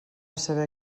saber